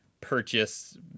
purchase